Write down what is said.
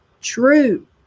true